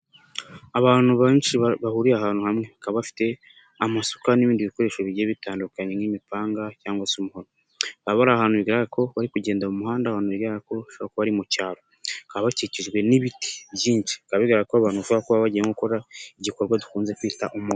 Abantu benshi bahuriye ahantu hamwe bakaba bafite amasuka n'ibindi bikoresho bigiye bitandukanye nk'imipanga cyangwa se umuhoro. Baba bari ahantu bigaragara ko bari kugenda mu muhanda ahantu bigaragara ko ari mu cyaro bakikijwe n'ibiti byinshi bigaragara ko abantu kuba bagiye gukora igikorwa dukunze kwita umuganda.